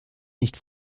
nicht